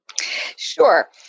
Sure